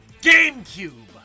GameCube